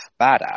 badass